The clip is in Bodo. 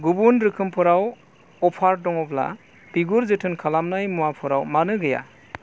गुबुन रोखोमफोराव अफार दङब्ला बिगुर जोथोन खालामनाय मुवाफोराव मानो गैया